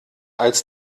als